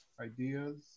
ideas